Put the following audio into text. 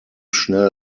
schnell